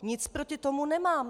Nic proti tomu nemám.